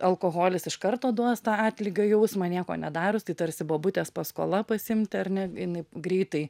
alkoholis iš karto duos tą atlygio jausmą nieko nedarius tai tarsi bobutės paskola pasiimti ar ne jinai greitai